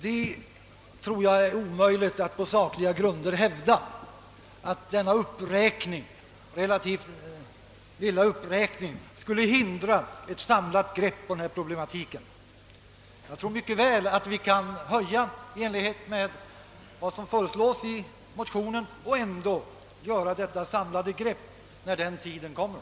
Jag tror att det är omöjligt att på sakliga grunder hävda att denna relativt måttliga uppräkning skulle hindra ett samlat grepp på denna problematik. Jag tror mycket väl att vi kan höja anslaget i enlighet med vad som föreslagits i motionen och ändå göra detta samlade grepp när den tiden kommer.